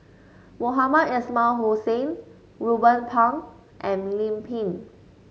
Mohamed Ismail Hussain Ruben Pang and Lim Pin